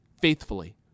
faithfully